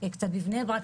קצת בבני ברק,